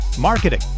marketing